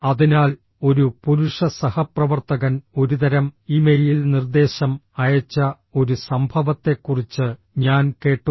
അതിനാൽ ഒരു പുരുഷ സഹപ്രവർത്തകൻ ഒരുതരം ഇമെയിൽ നിർദ്ദേശം അയച്ച ഒരു സംഭവത്തെക്കുറിച്ച് ഞാൻ കേട്ടു